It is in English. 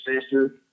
Sister